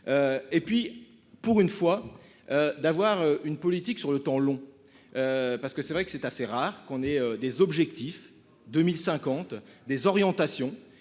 Et puis pour une fois. D'avoir une politique sur le temps long. Parce que c'est vrai que c'est assez rare qu'on ait des objectifs 2050, des orientations.